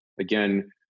Again